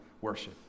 worship